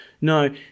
No